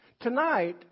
Tonight